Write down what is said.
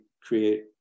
create